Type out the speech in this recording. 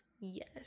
Yes